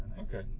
Okay